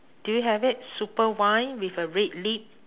do you have it super wine with a red lid